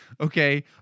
okay